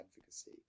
advocacy